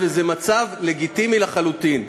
וזה מצב לגיטימי לחלוטין.